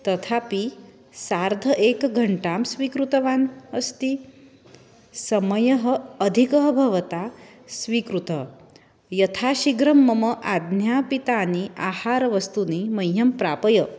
तथापि सार्ध एकघण्टां स्वीकृतवान् अस्ति समयः अधिकः भवता स्वीकृतः यथा शीघ्रं मम आज्ञापितानि आहारवस्तूनि मह्यं प्रापय